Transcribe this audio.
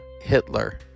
Hitler